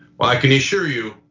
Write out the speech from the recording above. well, i can assure you,